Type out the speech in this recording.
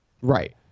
Right